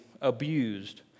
abused